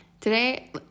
Today